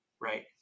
right